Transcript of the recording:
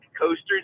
coasters